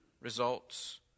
results